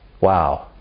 Wow